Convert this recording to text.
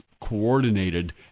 coordinated